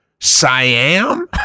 Siam